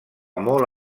molt